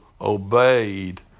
obeyed